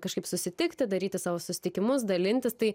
kažkaip susitikti daryti savo susitikimus dalintis tai